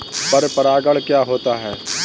पर परागण क्या होता है?